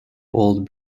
old